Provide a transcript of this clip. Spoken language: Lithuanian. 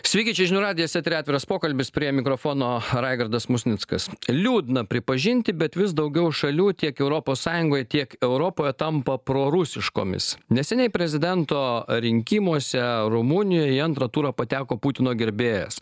sveiki čia žinių radijas etery atviras pokalbis prie mikrofono raigardas musnickas liūdna pripažinti bet vis daugiau šalių tiek europos sąjungoj tiek europoje tampa prorusiškomis neseniai prezidento rinkimuose rumunijoj į antrą turą pateko putino gerbėjas